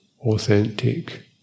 authentic